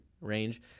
range